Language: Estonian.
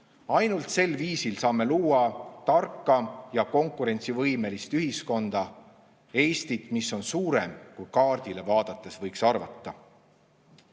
Ainult sel viisil saame luua tarka ja konkurentsivõimelist ühiskonda, Eestit, mis on suurem, kui kaardile vaadates võiks arvata.